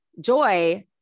joy